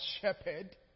shepherd